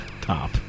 top